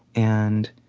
and